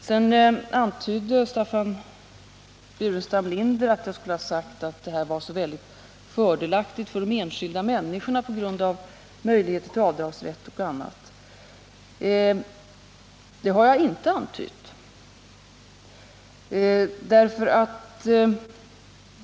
Sedan antyder Staffan Burenstam Linder att jag skulle ha sagt att systemet är synnerligen fördelaktigt för de enskilda människorna på grund av möjligheterna till avdragsrätt och annat. Det har jag inte sagt.